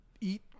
eat